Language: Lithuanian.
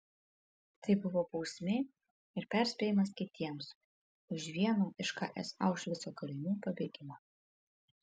tai buvo bausmė ir perspėjimas kitiems už vieno iš ks aušvico kalinių pabėgimą